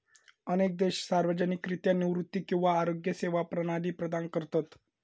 अनेक देश सार्वजनिकरित्या निवृत्ती किंवा आरोग्य सेवा प्रणाली प्रदान करतत